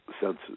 senses